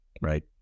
right